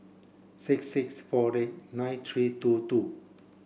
six six four eight nine three two two